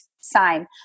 sign